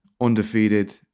undefeated